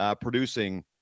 producing